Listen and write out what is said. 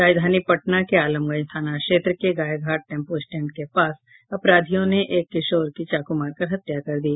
राजधानी पटना के आलमगंज थाना क्षेत्र के गायघाट टैंपो स्टैंड के पास अपराधियों ने एक किशोर की चाकू मारकर हत्या कर दी